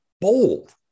bold